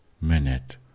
minute